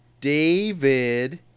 David